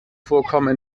vorkommen